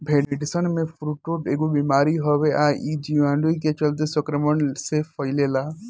भेड़सन में फुट्रोट एगो बिमारी हवे आ इ जीवाणु के चलते संक्रमण से फइले ला